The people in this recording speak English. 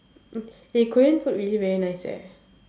eh korean food really very nice eh